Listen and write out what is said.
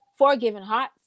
forgivenhearts